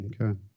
Okay